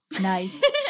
Nice